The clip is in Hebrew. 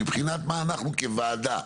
מבחינת מה אנחנו כוועדה,